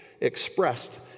expressed